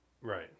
Right